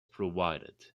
provided